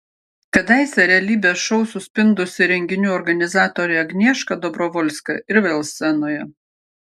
kadaise realybės šou suspindusi renginių organizatorė agnieška dobrovolska ir vėl scenoje